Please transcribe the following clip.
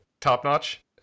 top-notch